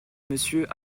monsieur